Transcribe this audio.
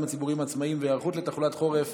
הציבוריים העצמאיים והיערכות לתחלואת חורף